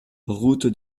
route